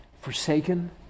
forsaken